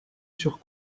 sur